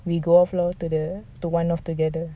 we go off lor to the two one of together